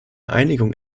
einigung